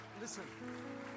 Listen